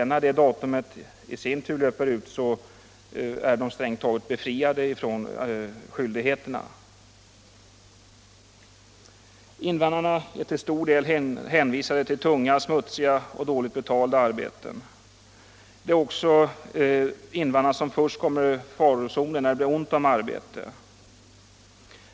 När detta datum i sin tur överskrids är vederbörande strängt taget befriad från skyldigheterna. Invandrarna är i stor utsträckning hänvisade till tunga, smutsiga och dåligt betalda arbeten. Det är också invandrarna som först kommer i farozonen när det är ont om arbete.